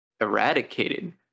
eradicated